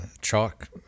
chalk